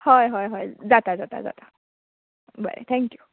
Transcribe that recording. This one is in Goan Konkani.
हय हय हय जाता जाता जाता बरें थेंक यू